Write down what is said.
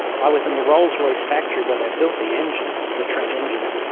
i was in the rolls-royce factory where they had built the engines, the trent engines,